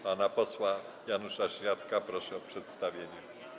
Pana posła Janusza Śniadka proszę o przedstawienie.